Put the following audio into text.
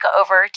over